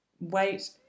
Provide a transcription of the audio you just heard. Wait